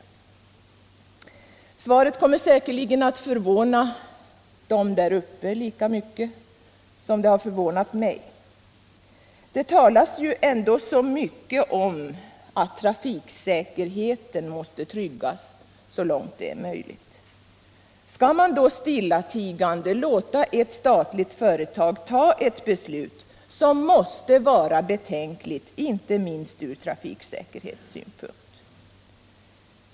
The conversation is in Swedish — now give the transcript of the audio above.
Svaret kommer säkerligen att förvåna dem där uppe lika mycket som det har förvånat mig. Det talas ju ändå så mycket om att trafiksäkerheten måste tryggas så långt det är möjligt. Skall man då stillatigande låta ett statligt företag fatta ett beslut som måste vara betänkligt inte minst från trafiksäkerhetssynpunkt?